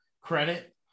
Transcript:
credit